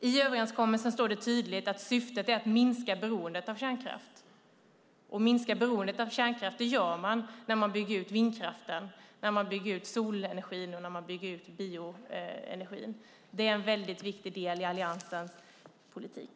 I överenskommelsen står det tydligt att syftet är att minska beroendet av kärnkraft, och minskar beroendet av kärnkraft gör man när man bygger ut vindkraften, solenergin och bioenergin. Det är en väldigt viktig del i Alliansens politik.